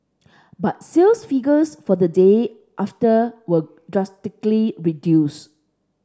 but sales figures for the day after were drastically reduced